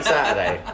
Saturday